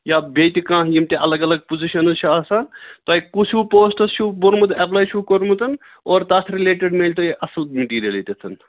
یا بیٚیہِ تہِ کانٛہہ یِم تہِ الگ الگ پُزِشَنٕز چھِ آسان تۄہہِ کُس ہیوٗ پوسٹس چھُو بوٚرمُت اٮ۪پلے چھُوکوٚرمُت اور تَتھ رِلیٚٹِڈ مٮ۪لہِ تہۍ اَصٕل مِٹیٖرل ییٚتٮتھَن